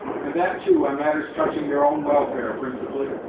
and that too on matters touching your own welfare, principally.